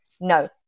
no